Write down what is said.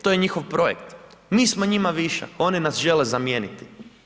To je njihov projekt, mi smo njima višak, oni nas žele zamijeniti.